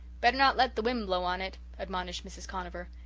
better not let the wind blow on it, admonished mrs. conover.